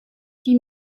die